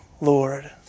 Lord